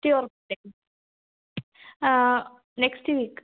next week